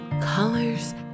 colors